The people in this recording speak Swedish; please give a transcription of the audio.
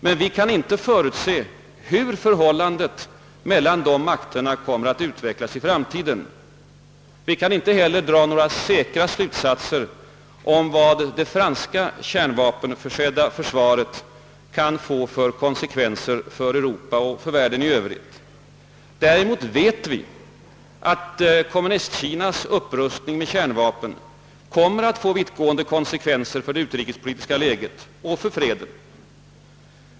Men vi kan inte förutse hur förhållandet mellan dessa makter kommer att utvecklas i framtiden. Vi kan inte heller dra några säkra slutsatser om vad det franska kärnvapenförsedda försvaret kan få för konsekvenser för Europa och för världen i övrigt. Däremot vet vi att Kommunistkinas upprustning med kärnvapen kommer att få vittgående konsekvenser för det utrikespolitiska läget och för freden.